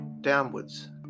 downwards